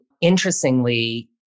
Interestingly